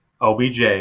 OBJ